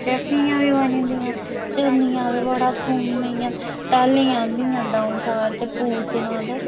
चटनियां बी बनी जंदियां चटनियां बी बड़ा थोमें दियां टाह्लियां आंह्दियां द'ऊं चार ते पूतना ते